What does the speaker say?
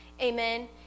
Amen